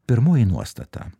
pirmoji nuostata